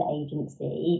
agency